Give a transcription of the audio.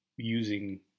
using